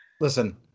Listen